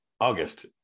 August